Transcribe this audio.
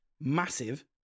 massive